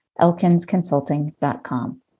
elkinsconsulting.com